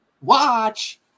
watch